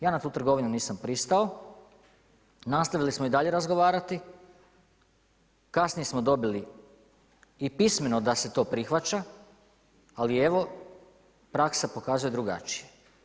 Ja na tu trgovinu nisam pristao, nastavili smo i dalje razgovarati, kasnije smo dobili i pismeno da se to prihvaća ali evo praksa pokazuje drugačije.